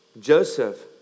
Joseph